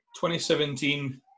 2017